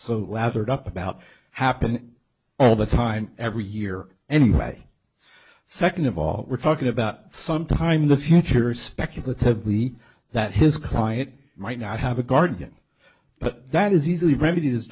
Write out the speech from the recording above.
so up about happen all the time every year anyway second of all we're talking about some time in the future speculative we that his client might not have a guardian but that is easily re